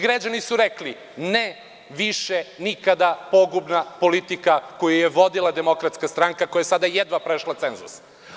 Građani su rekli – ne više nikada pogubna politika koju je vodila Demokratska stranka, koja je sada jedva prešla cenzus.